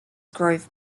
grove